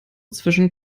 zwischen